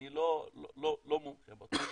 אני לא מומחה בתחום,